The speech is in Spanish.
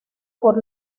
por